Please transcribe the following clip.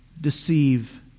deceive